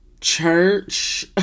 church